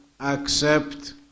accept